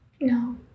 No